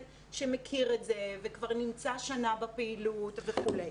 שמכיר את זה וכבר נמצא שנה בפעילות וכו'.